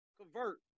convert